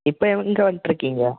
இப்போ எங்கள் வந்துட்டு இருக்கீங்க